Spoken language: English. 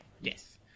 Yes